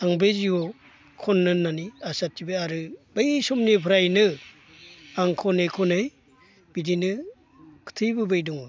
आं बै जिउआव खननो होननानै आसा थिबाय आरो बै समनिफ्रायनो आं खनै खनै बिदिनो खिथिबोबाय दङ